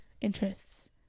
interests